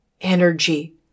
energy